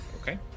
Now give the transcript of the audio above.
Okay